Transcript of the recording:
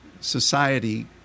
society